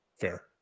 fair